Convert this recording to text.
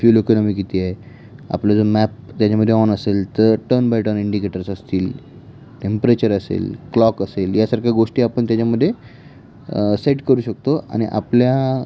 fuel economy किती आहे आपलं जो मॅप त्याच्यामध्ये ऑन असेल तर टर्न बाय टर्न इंडिकेटर्स असतील टेम्परेचर असेल क्लॉक असेल यासारख्या गोष्टी आपण त्याच्यामध्ये सेट करू शकतो आणि आपल्या